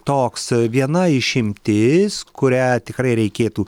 toks viena išimtis kurią tikrai reikėtų